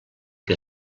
que